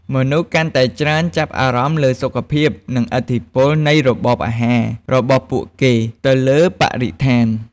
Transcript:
មនុស្សកាន់តែច្រើនចាប់អារម្មណ៍លើសុខភាព និងឥទ្ធិពលនៃរបបអាហាររបស់ពួកគេទៅលើបរិស្ថាន។